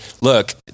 look